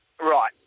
Right